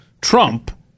Trump